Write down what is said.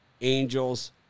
Angels